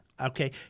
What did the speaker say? okay